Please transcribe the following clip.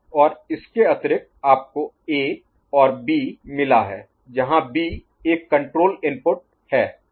और इसके अतिरिक्त आपको ए और बी मिला है जहां बी एक कंट्रोल इनपुट हैं